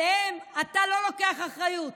עליהם אתה לא לוקח אחריות.